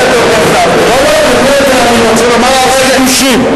לא, לא, באמת, אני רוצה לומר, יש חידושים.